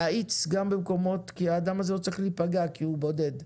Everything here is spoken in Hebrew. להאיץ גם במקומות כי האדם הזה לא צריך להיפגע כי הוא בודד,